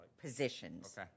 positions